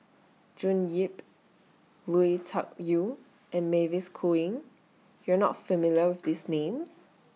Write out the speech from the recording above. June Yap Lui Tuck Yew and Mavis Khoo Oei YOU Are not familiar with These Names